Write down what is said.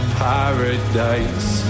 paradise